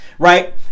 Right